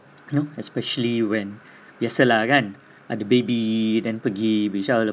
you know especially when biasa lah kan ada baby then baby shower